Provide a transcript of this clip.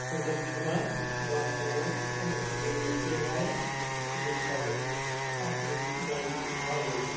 سیٚنٛزٕر چھۅمبان گاسہٕ رُوان اَمہِ پَتہٕ چھِ زٔمیٖنَس بیٚیہِ وایان تہٕ بیٚیہِ چھِ کران أسۍ اَتھ منٛز دانہِ تھل رُوان